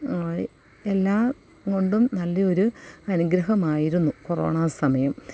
എല്ലാം കൊണ്ടും നല്ലയൊരു അനുഗ്രഹമായിരുന്നു കൊറോണ സമയം